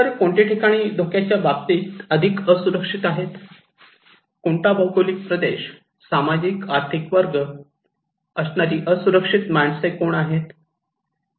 तर कोणती ठिकाणे धोक्याच्या बाबतीत अधिक असुरक्षित आहेत कोणता भौगोलिक प्रदेश सामाजिक आर्थिक वर्ग इत्यादी असणारी असुरक्षित माणसे कोण आहेत